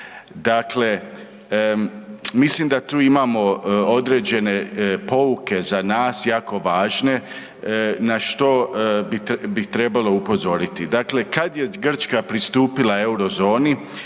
Dakle, mislim da tu imamo određene pouke, za nas jako važne, na što bi trebalo upozoriti. Dakle, kad je Grčka pristupila Eurozoni